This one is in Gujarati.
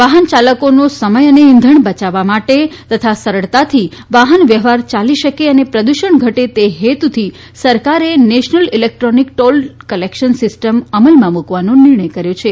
વાહન યાલકોનો સમય અને ઇંધણ બચાવવા માટે તથા સરળતાથી વાહન વ્યવહાર ચાલી શકે અને પ્રદૃષણ ઘટે તે હેતુથી સરકારે national electronic toll collection system અમલમાં મૂકવાનો નિર્ણથ કર્યો છે